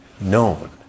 known